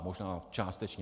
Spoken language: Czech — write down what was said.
Možná částečně.